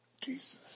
Jesus